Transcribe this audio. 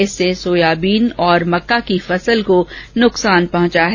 इससे सोयाबीन और मक्का की फसल को नुकसान हुआ है